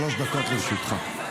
שלוש דקות לרשותך.